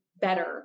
better